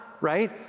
right